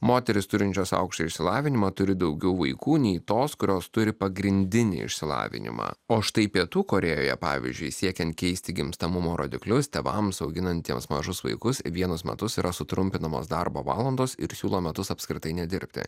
moterys turinčios aukštąjį išsilavinimą turi daugiau vaikų nei tos kurios turi pagrindinį išsilavinimą o štai pietų korėjoje pavyzdžiui siekiant keisti gimstamumo rodiklius tėvams auginantiems mažus vaikus vienus metus yra sutrumpinamos darbo valandos ir siūlo metus apskritai nedirbti